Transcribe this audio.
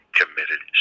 committed